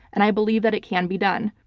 and i believe that it can be done.